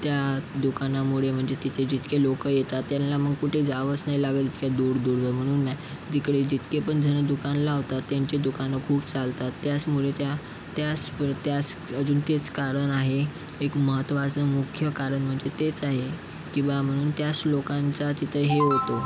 त्या दुकानामुळे म्हणजे तिथे जितके लोकं येतात त्यांना मग कुठे जावंच नाही लागत इतक्या दूर दूरवर म्हणून मॅ तिकडे जितके पण जणं दुकान लावतात त्यांचे दुकानं खूप चालतात त्याचमुळे त्या त्याच पळ त्याच अजून तेच कारण आहे एक महत्वाचं मुख्य कारण म्हणजे तेच आहे किंवा म्हणून त्याच लोकांचा तिथे हे होतो